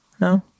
no